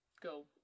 go